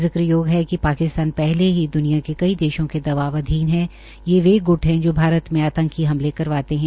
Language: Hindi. जिकरयोग है कि पाकिस्तान पहले ही द्निया के कई देशों के दबाव अधीन है ये वे ग्ट है जो भारत में आंतकी हमले करवाते है